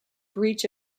breach